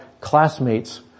classmates